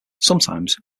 sometimes